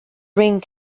ring